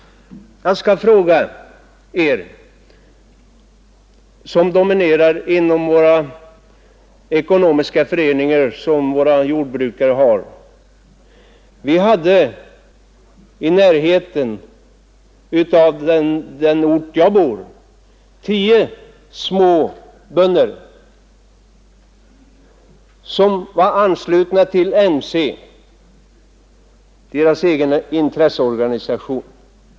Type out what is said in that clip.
Jag skall berätta en sann historia för er som dominerar inom de ekonomiska föreningar som våra jordbrukare har. Vi hade i närheten av den ort där jag bor tio småbönder som var anslutna till MC, deras egen intresseorganisation.